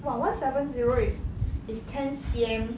!wah! one seven zero is is ten C_M